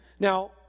Now